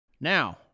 Now